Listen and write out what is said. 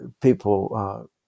people